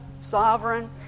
sovereign